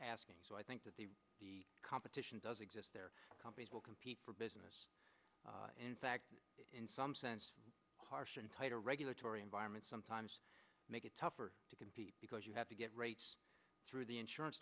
me so i think that the competition does exist their companies will compete for business in some sense harsh and tighter regulatory environments sometimes make it tougher to compete because you have to get rates through the insurance